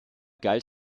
galt